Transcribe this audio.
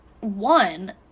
One